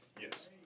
Yes